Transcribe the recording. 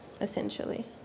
essentially